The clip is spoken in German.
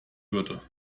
würde